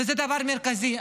וזה דבר מרכזי.